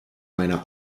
meiner